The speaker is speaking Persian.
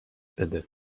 بده